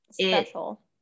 special